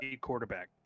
quarterback